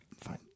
fine